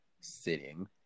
sitting